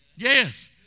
Yes